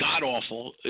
god-awful